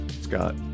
Scott